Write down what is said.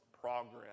Progress